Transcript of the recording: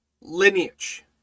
lineage